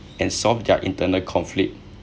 and solve their internal conflict